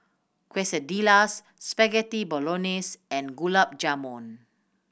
Quesadillas Spaghetti Bolognese and Gulab Jamun